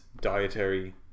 dietary